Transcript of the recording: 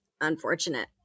unfortunate